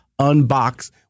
Unbox